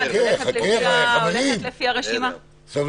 זו